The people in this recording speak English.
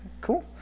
Cool